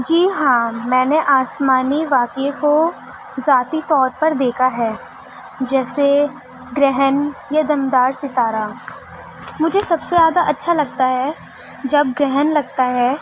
جی ہاں میں نے آسمانی واقعے کو ذاتی طور پر دیکھا ہے جیسے گرہن یا دمدار ستارہ مجھے سب سے زیادہ اچھا لگتا ہے جب گرہن لگتا ہے